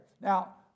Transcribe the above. Now